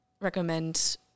recommend